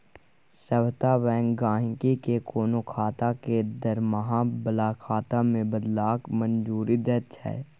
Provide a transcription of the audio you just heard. सभटा बैंक गहिंकी केँ कोनो खाता केँ दरमाहा बला खाता मे बदलबाक मंजूरी दैत छै